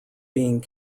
being